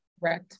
right